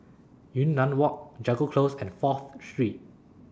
Yunnan Walk Jago Close and Fourth Street